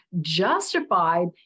justified